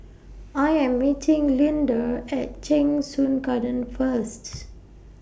I Am meeting Lynda At Cheng Soon Garden First